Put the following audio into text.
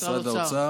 משרד אוצר.